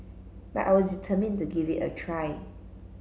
but I was determined to give it a try